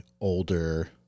older